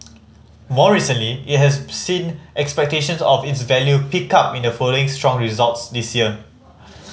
more recently it has seen expectations of its value pick up in the following strong results this year